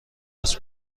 است